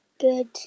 Good